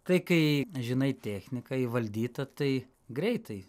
tai kai žinai techniką įvaldyta tai greitai